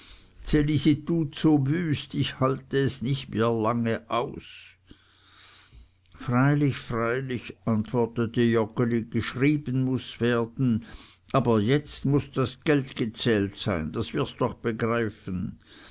so wüst ich halte es nicht lange mehr aus freilich freilich antwortete joggeli geschrieben muß werden aber jetzt muß das geld gezählt sein das wirst doch begreifen